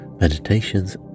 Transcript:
meditations